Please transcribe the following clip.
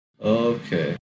Okay